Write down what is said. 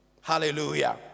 Hallelujah